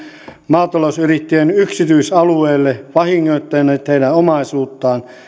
maatalousyrittäjien yksityisalueille vahingoittaneet heidän omaisuuttaan